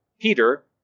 Peter